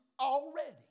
already